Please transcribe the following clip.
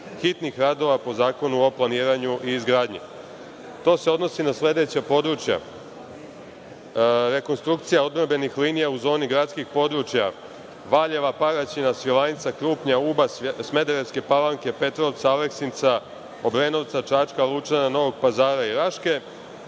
hitnih radova po Zakonu o planiranju i izgradnji. To se odnosi na sledeća područja: rekonstrukcija odbrambenih linija u zoni gradskih područja Valjeva, Paraćina, Svilajnca, Krupnja, Uba, Smederevske Palanke, Petrovca, Aleksinca, Obrenovca, Čačka, Lučana, Novog Pazara i Raške.